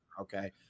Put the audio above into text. okay